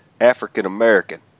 African-American